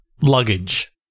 Luggage